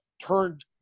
turned